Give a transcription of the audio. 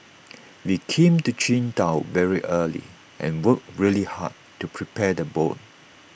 we came to Qingdao very early and worked really hard to prepare the boat